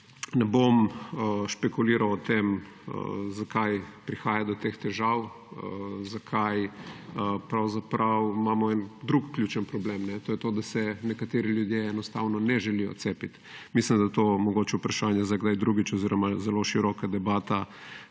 Ne bom špekuliral o tem, zakaj prihaja do teh težav, pravzaprav imamo en drug ključni problem, to je to, da se nekateri ljudje enostavno ne želijo cepiti. Mislim, da je to mogoče vprašanje za kdaj drugič oziroma zelo široka debata